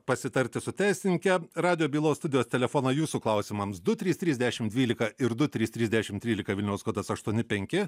pasitarti su teisininke radijo bylos studijos telefoną jūsų klausimams du trys trys dešim dvylika ir du trys trys dešim trylika vilniaus kodas aštuoni penki